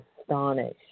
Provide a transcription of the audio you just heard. astonished